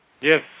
Yes